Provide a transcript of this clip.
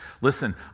Listen